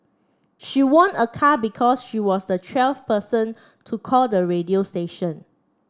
she won a car because she was the twelfth person to call the radio station